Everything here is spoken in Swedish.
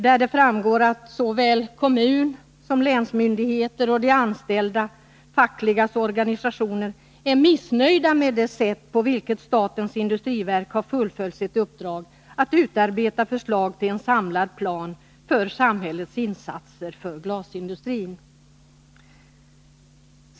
Där framgår att såväl kommunala myndigheter som länsmyndigheter och de anställdas fackliga organisationer är missnöjda med det sätt på vilket statens industriverk har fullgjort sitt uppdrag att utarbeta förslag till en samlad plan för samhällets insatser för glasindustrin.